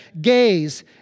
Gays